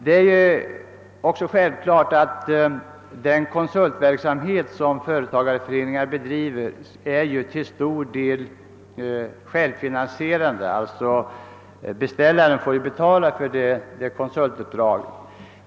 Det är klart att den konsultverksamhet som företagareföreningarna bedriver till stor del är självfinansierad; beställaren får betala för konsultuppdrag.